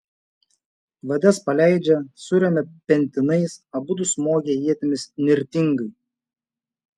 vades paleidžia suremia pentinais abudu smogia ietimis nirtingai